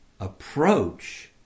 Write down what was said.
approach